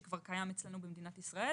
שכבר קיים אצלנו במדינת ישראל,